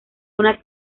una